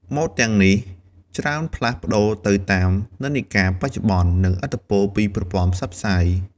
ម៉ូដទាំងនេះច្រើនផ្លាស់ប្តូរទៅតាមនិន្នាការបច្ចុប្បន្ន និងឥទ្ធិពលពីប្រព័ន្ធផ្សព្វផ្សាយ។